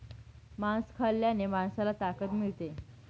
मांस खाल्ल्याने माणसाला ताकद मिळते